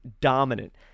dominant